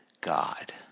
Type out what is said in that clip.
God